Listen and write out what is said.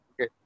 Okay